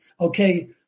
Okay